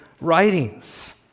writings